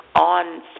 on